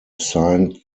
signed